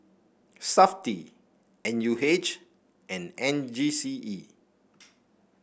Safti N U H and N G C E